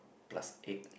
plus egg